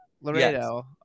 Laredo